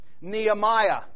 Nehemiah